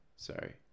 Sorry